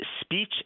speech